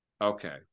Okay